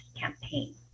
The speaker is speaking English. campaign